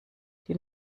die